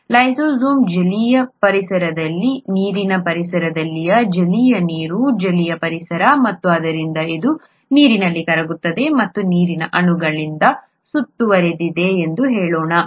ಈ ಲೈಸೋಜೈಮ್ ಜಲೀಯ ಪರಿಸರದಲ್ಲಿದೆ ನೀರಿನ ಪರಿಸರದಲ್ಲಿದೆ ಜಲೀಯ ನೀರು ಜಲೀಯ ಪರಿಸರ ಮತ್ತು ಆದ್ದರಿಂದ ಇದು ನೀರಿನಲ್ಲಿ ಕರಗುತ್ತದೆ ಮತ್ತು ನೀರಿನ ಅಣುಗಳಿಂದ ಸುತ್ತುವರಿದಿದೆ ಎಂದು ಹೇಳೋಣ